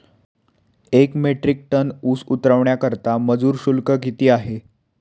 एक metric tonne ऊस उतरवण्याकरता मजूर शुल्क किती आहे?